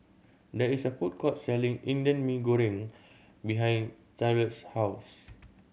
there is a food court selling Indian Mee Goreng behind Charlotte's house